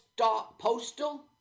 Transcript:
postal